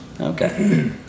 Okay